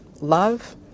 love